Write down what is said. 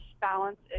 balance